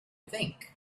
think